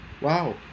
Wow